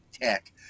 tech